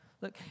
Look